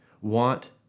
want